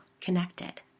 connected